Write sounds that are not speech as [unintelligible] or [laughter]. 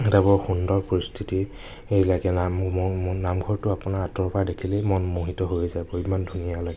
এটা বৰ সুন্দৰ পৰিস্থিতিৰ [unintelligible] নামঘৰটো আপোনাৰ আঁতৰৰ পৰা দেখিলেই মন মোহিত হৈ যাবই ইমান ধুনীয়া লাগে